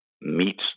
meets